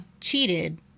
cheated